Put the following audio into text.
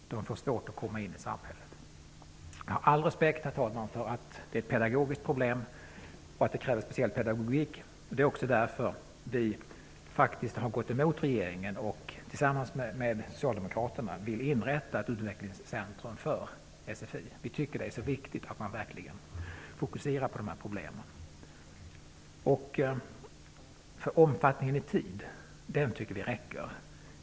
De får svårt att komma in i samhället. Herr talman! Jag har all respekt för att detta är ett pedagogiskt problem och att det krävs speciell pedagogik. Det är också därför vi nydemokrater har gått emot regeringen och tillsammans med Socialdemokraterna vill inrätta ett utvecklingscentrum för SFI. Vi tycker det är viktigt att man verkligen fokuserar på dessa problem. Vi tycker att omfattningen i tid räcker.